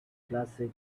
classic